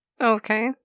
okay